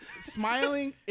smiling